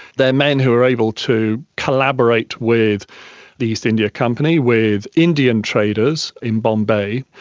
they are men who are able to collaborate with the east india company with indian traders in bombay,